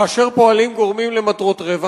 כאשר פועלים גורמים למטרות רווח,